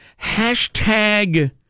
hashtag